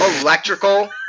electrical